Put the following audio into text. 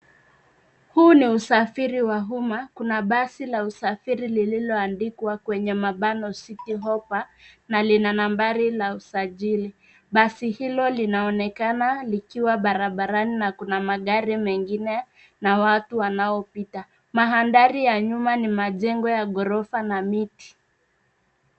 Huu ni usafiri wa umma. Kuna basi la usafiri lililoandikwa kwenye (city hoppa) na lina nambari la usajili. Basi hilo linaonekana likiwa barabarani na kuna magari mengine yanayopita. Mandhari ya nyuma ni majengo ya ghorofa na miti.